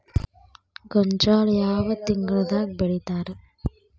ಗೋಂಜಾಳ ಯಾವ ತಿಂಗಳದಾಗ್ ಬೆಳಿತಾರ?